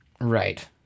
Right